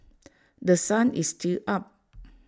The Sun is still up